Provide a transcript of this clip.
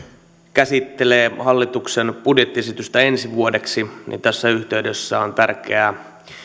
käsittelee hallituksen budjettiesitystä ensi vuodeksi niin tässä yhteydessä on tärkeää